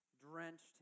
drenched